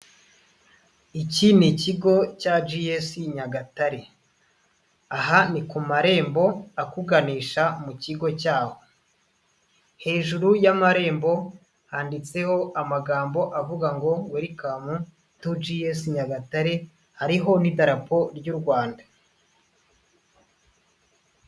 Iki ni ikigo cya Gs. Nyagatare aha ni ku marembo akuganisha mu kigo cyaho. Hejuru y'amarembo handitseho amagambo avuga ngo welikamu tu ji esi Nyagatare, hariho n'idarapo ry'u Rwanda.